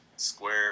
square